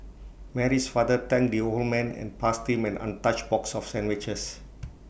Mary's father thanked the old man and passed him an untouched box of sandwiches